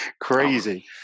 crazy